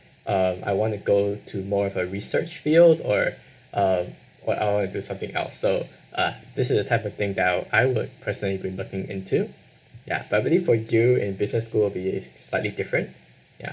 um I want to go to more of a research field or um what I want do something else so uh this is a type of thing that I'd I would presently been looking into ya but I believe for you in business school will be slightly different ya